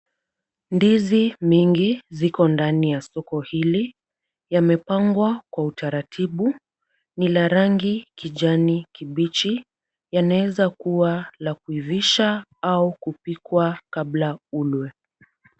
Ndizi mingi ziko ndani ya soko hili. Yamepangwa kwa utaratibu. Ni la rangi ya kijani kibichi. Yanaweza kuwa la kuivisha au kupikwa kabla kulwa.